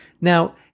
Now